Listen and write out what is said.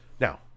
Now